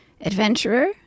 Adventurer